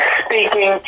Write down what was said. speaking